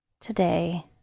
today